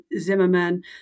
zimmerman